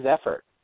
effort